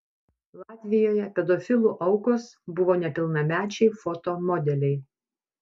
latvijoje pedofilų aukos buvo nepilnamečiai foto modeliai